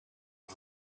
een